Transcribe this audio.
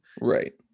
right